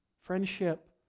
Friendship